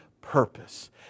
purpose